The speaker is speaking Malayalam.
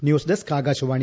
news desk Akashvani